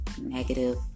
negative